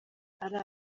ari